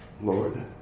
Lord